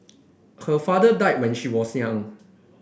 her father died when she was young